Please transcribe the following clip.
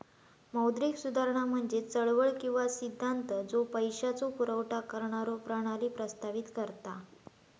मौद्रिक सुधारणा म्हणजे चळवळ किंवा सिद्धांत ज्यो पैशाचो पुरवठा करणारो प्रणाली प्रस्तावित करता